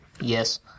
Yes